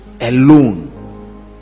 alone